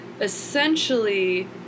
essentially